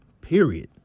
Period